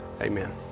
Amen